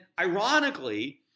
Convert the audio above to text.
ironically